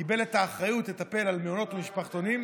קיבל את האחריות לטפל במעונות ומשפחתונים,